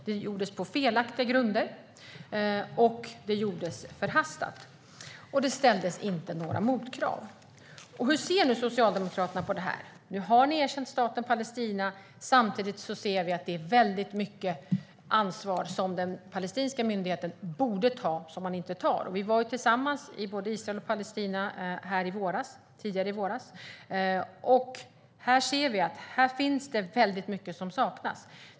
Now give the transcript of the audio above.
Det gjordes på felaktiga grunder, det gjordes förhastat och det ställdes inga motkrav. Hur ser Socialdemokraterna på detta? Ni har erkänt Staten Palestina. Samtidigt ser vi ett det är mycket ansvar som den palestinska myndigheten borde ta som man inte tar. Tidigare i våras var vi tillsammans i både Israel och Palestina, och det är mycket som saknas.